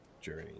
journey